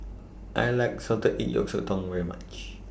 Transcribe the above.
I like Salted Egg Sotong very much